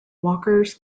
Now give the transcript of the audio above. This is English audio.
walkers